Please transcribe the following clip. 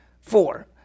Four